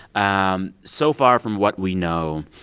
um so far, from what we know,